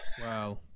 Wow